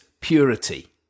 purity